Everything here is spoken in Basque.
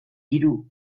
hiru